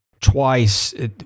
Twice